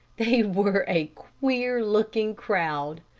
they were a queer-looking crowd.